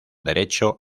derecho